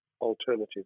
alternative